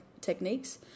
techniques